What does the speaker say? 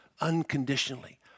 unconditionally